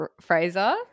Fraser